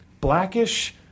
Blackish